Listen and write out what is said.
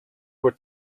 were